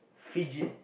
fidget